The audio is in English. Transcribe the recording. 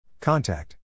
Contact